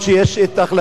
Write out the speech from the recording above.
אף שיש החלטה של בג"ץ,